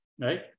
right